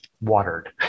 watered